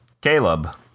caleb